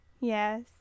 yes